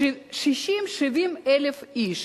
70,000 איש.